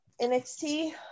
NXT